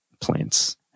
plants